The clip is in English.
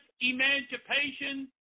emancipation